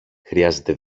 χρειάζεται